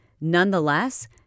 Nonetheless